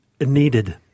needed